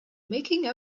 making